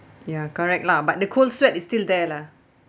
ya correct lah but the cold sweat is still there lah